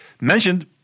mentioned